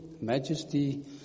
majesty